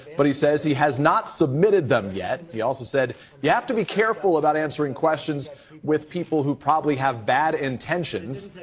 but he says he has not submitted them yet. he also said you have to be careful about answering questions with people who probably have bad intentions.